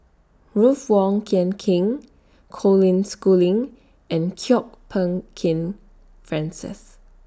Ruth Wong Kin King Colin Schooling and Kwok Peng Kin Francis